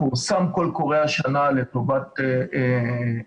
פורסם קול קורא השנה לטובת הרשויות,